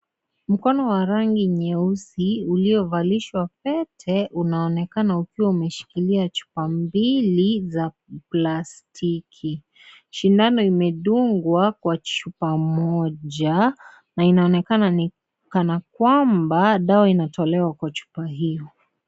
Mkono wa rangi nyeusi uliyovalishwa pete unaonekana ukiwa umeshikillia chupa mbili za plastiki, shindano imedungwa kwa chupa moja na inaonekana kana kwamba dawa inatolewa kwa chupa hiyo.